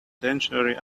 sanctuary